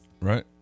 right